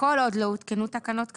כל עוד לא הותקנו תקנות כאמור,